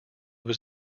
was